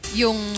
yung